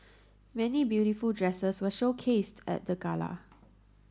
many beautiful dresses were showcased at the gala